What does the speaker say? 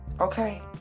Okay